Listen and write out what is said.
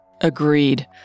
Agreed